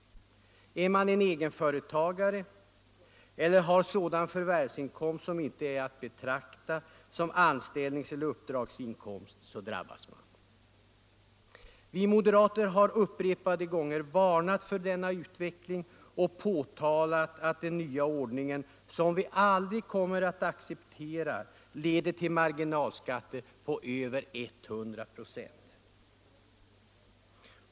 Är man egenföretagare eller har man sådan förvärvsinkomst som inte är att betrakta som anställningseller uppdragsinkomst drabbas man. Vi moderater har upprepade gånger varnat för denna utveckling och påtalat att den nya ordningen, som vi aldrig kommer att acceptera, leder till marginalskatter på över 100 96.